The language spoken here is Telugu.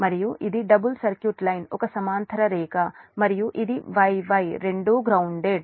మరియు ఇది డబుల్ సర్క్యూట్ లైన్ ఒక సమాంతర రేఖ మరియు ఇది Y Y రెండూ గ్రౌన్దేడ్